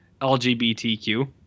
LGBTQ